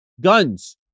Guns